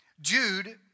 Jude